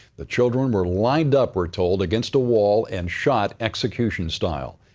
the children were lined up, we're told, against a wall and shot execution style.